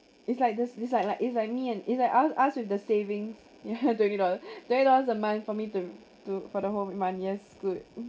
it's like this it's like like it's like me and it's like us us with the saving yeah twenty dollars twenty dollars a month for to to for the whole month yes good